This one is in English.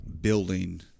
building